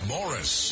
Morris